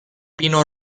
pino